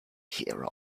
hear